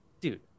dude